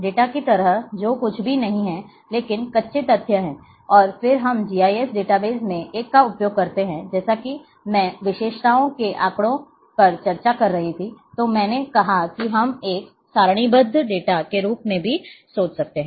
data की तरह जो कुछ भी नहीं है लेकिन कच्चे तथ्य हैं और फिर हम जीआईएस डेटाबेस में एक का उपयोग करते हैं जैसा कि मैं विशेषताओं के आंकड़ों पर चर्चा कर रही थी तो मैंने कहा कि हम एक सारणीबद्ध डेटा के रूप में भी सोच सकते हैं